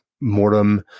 mortem